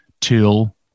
till